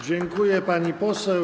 Dziękuję, pani poseł.